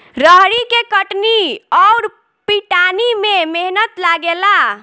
रहरी के कटनी अउर पिटानी में मेहनत लागेला